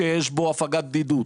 שיש בו הפגת בדידות,